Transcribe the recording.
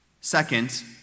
Second